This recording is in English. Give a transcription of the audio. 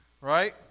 Right